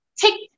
take